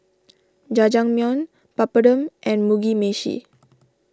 Jajangmyeon Papadum and Mugi Meshi